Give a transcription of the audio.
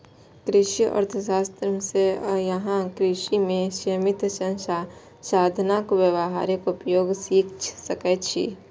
कृषि अर्थशास्त्र सं अहां कृषि मे सीमित साधनक व्यावहारिक उपयोग सीख सकै छी